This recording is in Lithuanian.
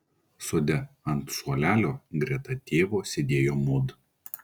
sode ant suolelio greta tėvo sėdėjo mod